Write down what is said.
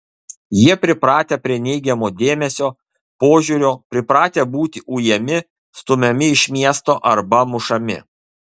jie pripratę prie neigiamo dėmesio požiūrio pripratę būti ujami stumiami iš miesto arba mušami